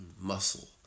muscle